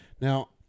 now